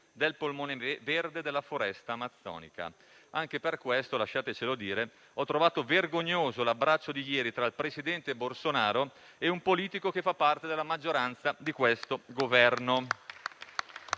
del polmone verde della Foresta amazzonica. Anche per questo lasciateci dire che ho trovato vergognoso l'abbraccio di ieri tra il presidente Bolsonaro e un politico che fa parte della maggioranza di questo Governo